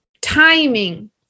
timing